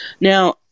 Now